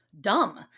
Dumb